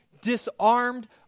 disarmed